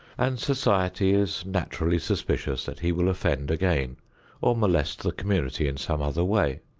and society is naturally suspicious that he will offend again or molest the community in some other way.